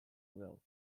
well